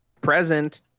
Present